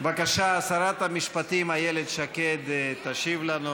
בבקשה, שרת המשפטים איילת שקד תשיב לנו,